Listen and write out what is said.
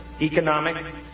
economic